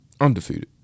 Undefeated